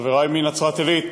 חברי מנצרת-עילית,